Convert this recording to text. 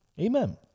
Amen